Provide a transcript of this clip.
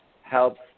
helps